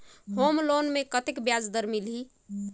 Home loan मे कतेक ब्याज दर होही?